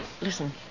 Listen